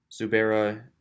Zubera